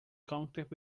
contact